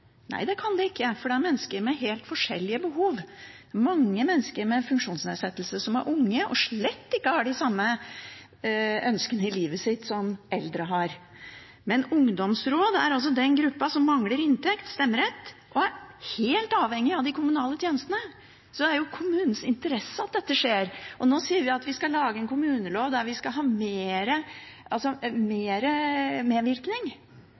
Nei, det kan det ikke, for det er mennesker med helt forskjellige behov. Det er mange mennesker med funksjonsnedsettelser som er unge, og som slett ikke har de samme ønskene i livet som eldre har. Men ungdom er altså den gruppen som mangler inntekt og stemmerett og er helt avhengig av de kommunale tjenestene. Så det er jo i kommunens interesse at dette skjer. Nå sier vi også at vi skal lage en kommunelov der vi skal ha mer medvirkning.